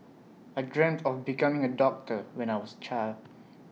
I dreamt of becoming A doctor when I was child